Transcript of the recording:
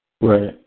Right